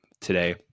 today